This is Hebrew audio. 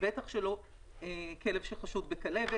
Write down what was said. ובטח שלא כלב שחשוד בכלבת.